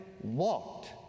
walked